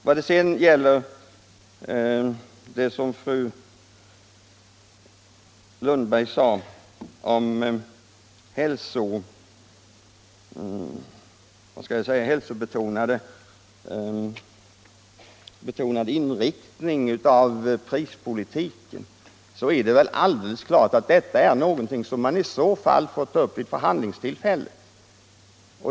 Vad sedan gäller det som fru Lundblad sade om en mer hälsobetonad inriktning av jordbruksproduktionen är det alldeles klart att detta är någonting som man i så fall får ta upp vid förhandlingstillfället.